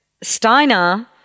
Steiner